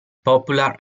popular